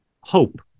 hope